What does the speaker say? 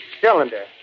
cylinder